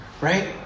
right